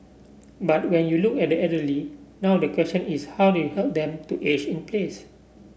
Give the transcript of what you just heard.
but when you look at elderly now the question is how do you help them to age in place